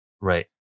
Right